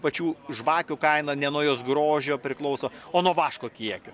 pačių žvakių kaina ne nuo jos grožio priklauso o nuo vaško kiekio